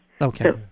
Okay